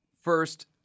first